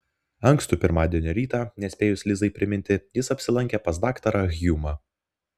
ankstų pirmadienio rytą nespėjus lizai priminti jis apsilankė pas daktarą hjumą